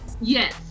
yes